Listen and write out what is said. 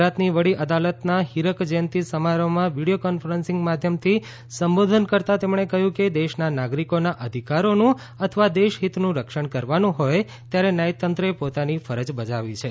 ગુજરાતની વડી અદાલતના ફીરક જયંતી સમારંભમાં વિડીયો કોન્ફરન્સીંગ માધ્યમથી સંબોધન કરતા તેમણે કહયું કે દેશના નાગરીકોના અધિકારોનું અથવા દેશહિતનું રક્ષણ કરવાનું હોય ત્યારે ન્યાયતંત્રે પોતાની ફરજ બજાવી છે